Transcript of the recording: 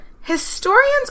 Historians